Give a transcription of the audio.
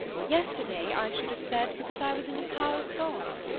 yesterday i should have said, because i was in the power of god.